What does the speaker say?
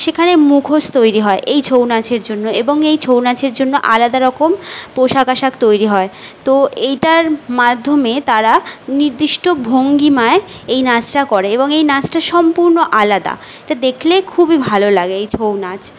সেখানে মুখোশ তৈরি হয় এই ছৌ নাচের জন্য এবং এই ছৌ নাচের জন্য আলাদা রকম পোশাক আশাক তৈরি হয় তো এইটার মাধ্যমে তারা নির্দিষ্ট ভঙ্গিমায় এই নাচটা করে এবং এই নাচটা সম্পূর্ণ আলাদা তা দেখলে খুবই ভালো লাগে এই ছৌ নাচ